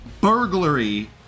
burglary